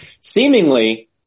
Seemingly